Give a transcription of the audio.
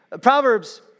Proverbs